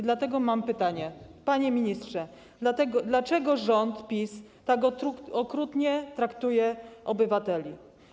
Dlatego mam pytanie: Panie ministrze, dlaczego rząd PiS tak okrutnie traktuje obywateli?